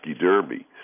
Derby